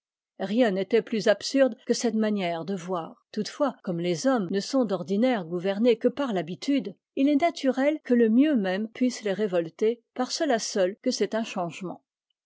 rien n'était plus absurde que cette manière de voir toutefois comme les hommes ne sont d'ordinaire gouvernés que par l'habitude il est naturel que le mieux même puisse les révolter par cela seul que c'est un changement